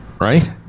Right